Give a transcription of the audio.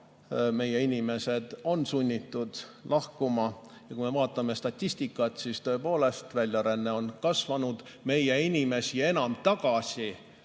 meie inimesed on sunnitud lahkuma. Kui vaatame statistikat, siis tõepoolest näeme, et väljaränne on kasvanud. Meie inimesi enam tagasi